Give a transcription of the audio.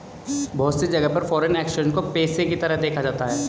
बहुत सी जगह पर फ़ोरेन एक्सचेंज को पेशे के तरह देखा जाता है